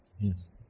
Yes